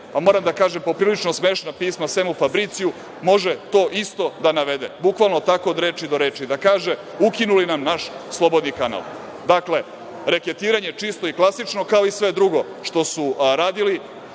moram da kažem poprilično smešna pisma Semu Fabriciju, može to isto da navede, bukvalno tako od reči do reči, da kaže – ukinuli nam naš slobodni kanal. Dakle, reketiranje čisto i klasično, kao i sve drugi što su radili,